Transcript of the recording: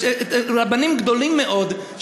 רבנים גדולים מאוד,